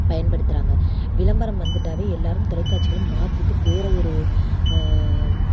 பயன்படுத்துறாங்க விளம்பரம் வந்துட்டாவே எல்லாரும் தொலைக்காட்சிகளை மாற்றிட்டு வேறு ஒரு